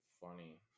funny